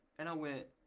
and i went,